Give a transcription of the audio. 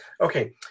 Okay